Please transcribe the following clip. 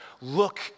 Look